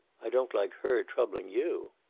i don't like her troubling you.